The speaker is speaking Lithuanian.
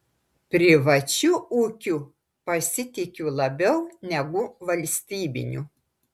privačiu ūkiu pasitikiu labiau negu valstybiniu